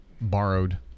borrowed